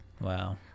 Wow